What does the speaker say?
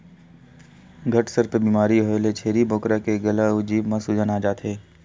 घटसर्प बेमारी होए ले छेरी बोकरा के गला अउ जीभ म सूजन आ जाथे